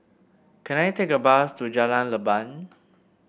can I take a bus to Jalan Leban